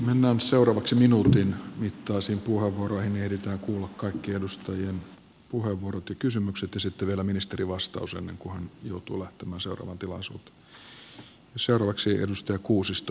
mennään seuraavaksi minuutin mittaisiin puheenvuoroihin niin ehditään kuulla kaikkien edustajien puheenvuorot ja kysymykset ja sitten vielä ministerin vastaus ennen kuin hän joutuu lähtemään seuraavaan tilaisuuteen